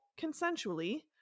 consensually